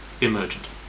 emergent